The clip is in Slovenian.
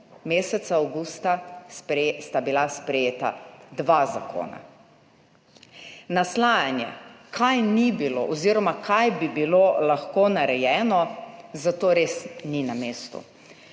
Meseca avgusta sta bila sprejeta dva zakona. Naslajanje, kaj ni bilo oziroma kaj bi bilo lahko narejeno, zato res ni na mestu,